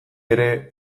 ere